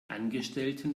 angestellten